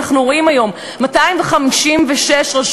אנחנו רואים היום: 256 רשויות,